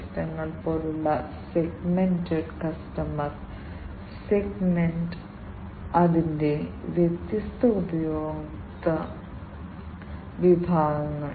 അതിനാൽ ഏത് തരത്തിലുള്ള മീഥേൻ സാന്ദ്രത മാറ്റത്തിനും ഇത് വളരെ സെൻസിറ്റീവ് ആണ് അതിനാൽ ഇതാണ് മീഥേൻ സെൻസർ